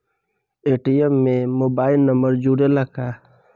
ATM card में mobile number जुरेला का?